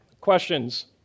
questions